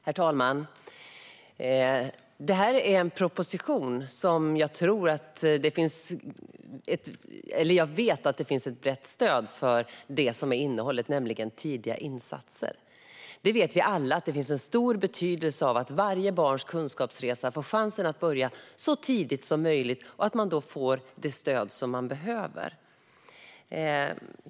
Herr talman! Detta är en proposition där jag vet att det finns ett brett stöd för innehållet, det vill säga tidiga insatser. Vi vet alla att det har stor betydelse att varje barn får chansen att börja sin kunskapsresa så tidigt som möjligt och att de får det stöd de behöver.